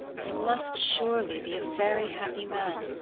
you must surely be a very happy man,